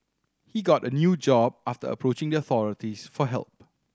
he got a new job after approaching the authorities for help